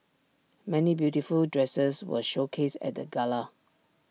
many beautiful dresses were showcased at the gala